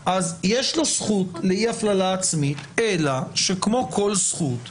יש לו זכות לאי הפללה עצמית אלא שכמו כל זכות,